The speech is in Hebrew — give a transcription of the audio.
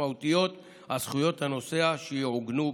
משמעותיות על זכויות הנוסע שיעוגנו בחוק.